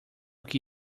que